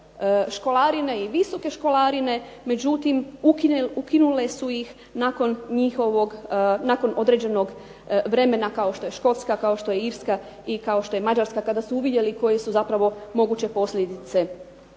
školarine i visoke školarine. Međutim, ukinule su ih nakon njihovog, nakon određenog vremena kao što je Škotska, kao što je Irska i kao što je Mađarska kada su uvidjeli koji su zapravo moguće posljedice